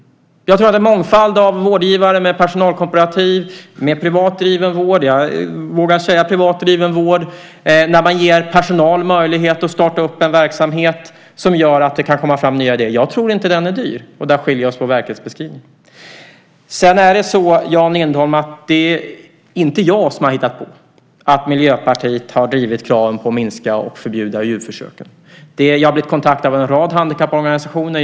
Jag tror inte att det är dyrt med en mångfald av vårdgivare, med personalkooperativ och privat driven vård - jag vågar säga privat driven vård - där man ger personal möjlighet att starta verksamhet som gör att det kan komma fram nya idéer. Där skiljer sig vår verklighetsbeskrivning. Det är inte jag som har hittat på att Miljöpartiet har drivit kraven på att minska och förbjuda djurförsök. Jag har blivit kontaktad av en rad handikapporganisationer.